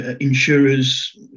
insurers